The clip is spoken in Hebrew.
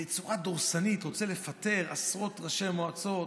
בצורה דורסנית הוא רוצה לפטר עשרות ראשי מועצות.